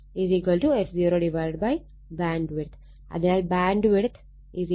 അതിനാൽ bandwidth BW f0 Q